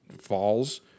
falls